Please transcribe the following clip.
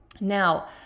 Now